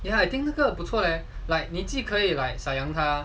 ya I think 那个不错 leh like 你既可以来 sayang 它